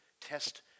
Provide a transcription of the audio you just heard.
test